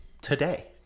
today